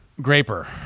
graper